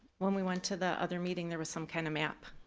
when we went to the other meeting, there was some kind of map.